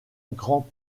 grant